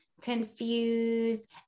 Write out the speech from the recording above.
confused